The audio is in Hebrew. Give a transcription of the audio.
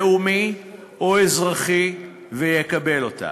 לאומי או אזרחי ויקבל אותה.